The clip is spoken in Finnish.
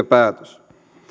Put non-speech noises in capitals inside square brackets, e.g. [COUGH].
[UNINTELLIGIBLE] päätös